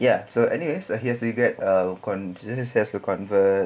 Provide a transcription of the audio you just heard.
ya so anyway he has to do that uh he has to convert